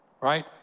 right